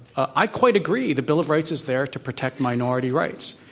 i quite agree the bill of rights is there to protect minority rights.